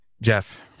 Jeff